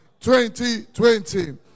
2020